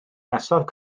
nesaf